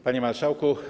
Panie Marszałku!